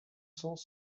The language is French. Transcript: cents